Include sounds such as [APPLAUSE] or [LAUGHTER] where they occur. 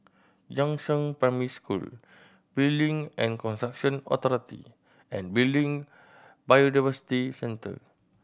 Yangzheng Primary School Building and Construction Authority and [UNINTELLIGIBLE] Biodiversity Centre